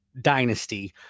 dynasty